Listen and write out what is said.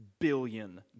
billion